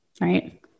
right